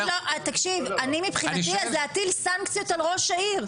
אני מבחינתי אז להטיל סנקציות על ראש העיר.